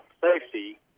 safety